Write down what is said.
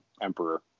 Emperor